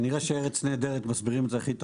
כנראה שארץ נהדרת מסבירים את זה הכי טוב.